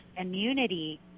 immunity